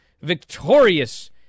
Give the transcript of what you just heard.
victorious